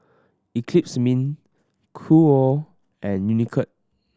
Eclipse Min Qoo and Unicurd